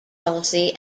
policy